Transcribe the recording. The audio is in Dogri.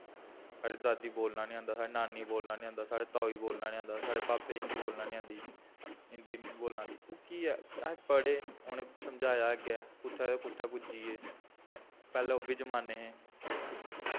साढ़ी दादी गी बोलना निं आंदा साढ़ी नानी गी बोलना निं आंदा साढ़े ताऊ गी बोलना नी आंदा साढ़े पापे गी हिन्दी बोलना निं आंदी हिन्दी बोलना निं आंदी ओह् कि अस पढ़े उ'नें समझाया अग्गै कुत्थें दे कुत्थें पुज्जी गे पैह्लें ओह् बी जमान्ने हे